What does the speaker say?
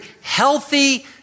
healthy